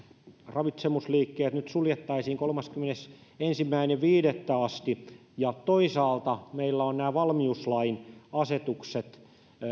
ravitsemusliikkeet nyt suljettaisiin kolmaskymmenesensimmäinen viidettä asti ja toisaalta meillä on nämä valmiuslain asetukset